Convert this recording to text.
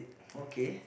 okay